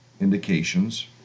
indications